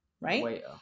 right